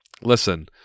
Listen